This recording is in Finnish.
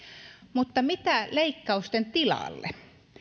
mutta mitä leikkausten tilalle